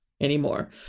anymore